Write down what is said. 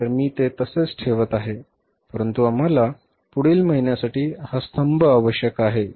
तर मी ते तसेच ठेवत आहे परंतु आम्हाला पुढील महिन्यासाठी हा स्तंभ आवश्यक आहे